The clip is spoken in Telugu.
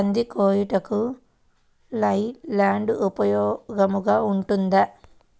కంది కోయుటకు లై ల్యాండ్ ఉపయోగముగా ఉంటుందా?